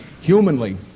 humanly